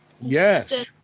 Yes